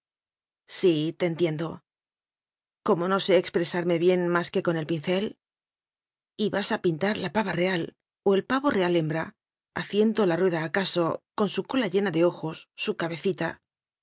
sí te entiendo como no sé expresarme bien más que con el pincel y vas a pintar la pava real o el pavo real hembra haciendo la rueda acaso con su cola llena de ojos su cabecita